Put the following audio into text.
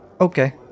Okay